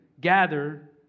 gather